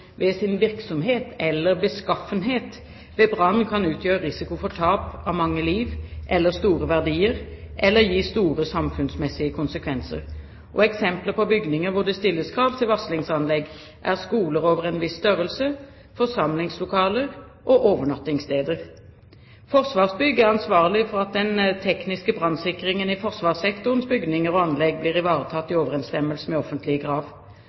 ved sin virksomhet eller beskaffenhet, ved brann kan utgjøre risiko for tap av mange liv eller store verdier, eller gi store samfunnsmessige konsekvenser. Eksempler på bygninger hvor det stilles krav til varslingsanlegg, er skoler over en viss størrelse, forsamlingslokaler og overnattingssteder. Forsvarsbygg er ansvarlig for at den tekniske brannsikringen i forsvarssektorens bygninger og anlegg blir ivaretatt i overensstemmelse med offentlige krav.